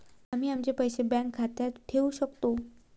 आम्ही आमचे पैसे बँक खात्यात ठेवू शकतो